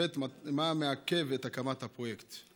2. מה מעכב את הקמת הפרויקט?